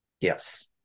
Yes